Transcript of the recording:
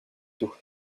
tôt